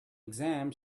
exam